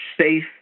safe